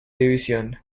división